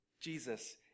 Jesus